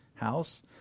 house